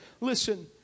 Listen